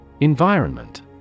Environment